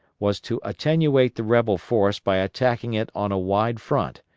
was to attenuate the rebel force by attacking it on a wide front,